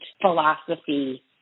philosophy